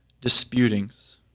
disputings